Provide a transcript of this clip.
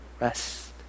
rest